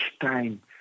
time